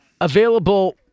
available